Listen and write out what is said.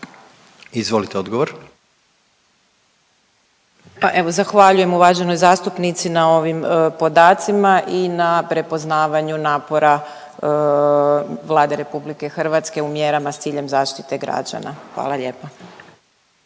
Tereza** Evo zahvaljujem uvaženoj zastupnici na ovim podacima i na prepoznavanju napora Vlade RH u mjerama s ciljem zaštite građana. Hvala lijepa.